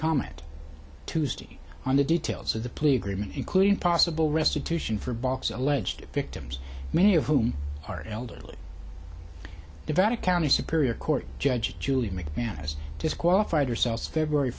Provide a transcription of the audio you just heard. comment tuesday on the details of the plea agreement including possible restitution for box alleged victims many of whom are elderly the vatican county superior court judge julie mcmanus disqualified herself february